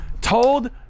told